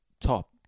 top